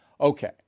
Okay